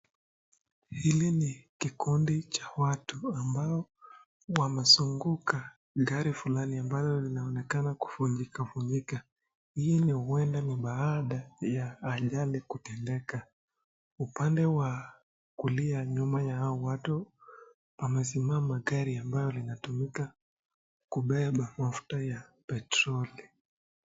Hili ni kikundi cha watu ambao wamezunguka gari fulani ambalo linaonekana kufunjika funjika. Hii ni huenda ni baada ya ajali kutendeka. Upande wa kulia nyuma ya hawa watu pamesimama gari ambalo linatumika kubeba mafuta ya petroli.